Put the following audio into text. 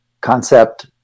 concept